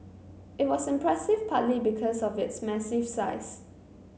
it was impressive partly because of its massive size